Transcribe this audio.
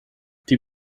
die